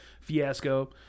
fiasco